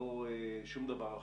לא שום דבר אחר,